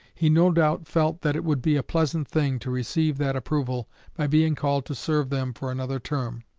he no doubt felt that it would be a pleasant thing to receive that approval by being called to serve them for another term.